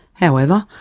however,